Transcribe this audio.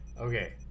okay